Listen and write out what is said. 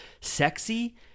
sexy